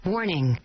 Warning